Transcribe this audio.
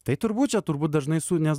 tai turbūt čia turbūt dažnai su nes